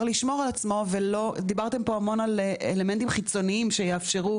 לשמור על עצמו ודיברתם פה על אלמנטים חיצוניים שיאפשרו